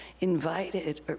invited